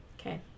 Okay